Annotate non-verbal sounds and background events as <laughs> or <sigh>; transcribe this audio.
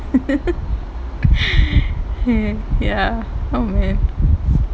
<laughs> ya oh man